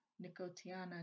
Nicotiana